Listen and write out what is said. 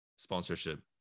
sponsorship